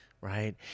Right